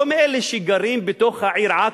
שגרים בתוך העיר עכו,